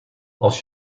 als